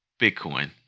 Bitcoin